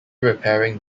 repairing